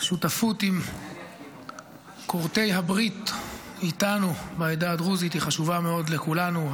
השותפות עם כורתי הברית איתנו מהעדה הדרוזית היא חשובה מאוד לכולנו,